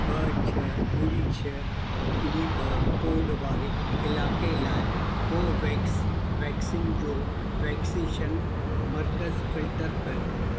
ॿ छह ॿुड़ी छह ॿुड़ी ॿ कोड वारे इलाइक़े लाइ कोवेक्स वैक्सीन जो वैक्सनेशन मर्कज़ु फिल्टर कयो